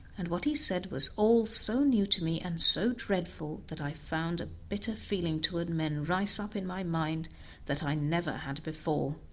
and what he said was all so new to me, and so dreadful, that i found a bitter feeling toward men rise up in my mind that i never had before.